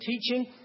teaching